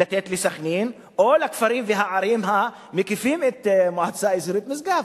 לתת לסח'נין או לכפרים והערים המקיפים את מועצה אזורית משגב,